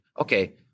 okay